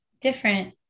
Different